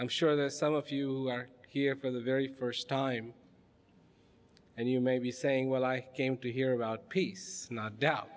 i'm sure there are some of you who are here for the very first time and you may be saying well i came to hear about peace not doubt